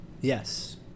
Yes